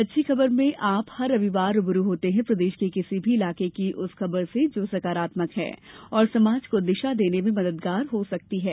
अच्छी खबरमें आप हर रविवार रूबरू होते हैं प्रदेश के किसी भी इलाके की उस खबर से जो सकारात्मक है और समाज को दिशा देने में मददगार हो सकती है